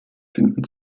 finden